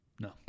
No